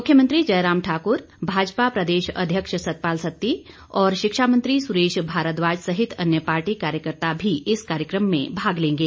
मुख्यमंत्री जयराम ठाकुर भाजपा प्रदेश अध्यक्ष सतपाल सत्ती और शिक्षा मंत्री सुरेश भारद्वाज सहित अन्य पार्टी कार्यकर्त्ता भी इस कार्यक्रम में भाग लेंगे